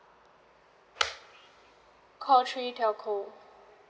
call three telco